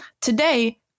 Today